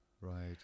Right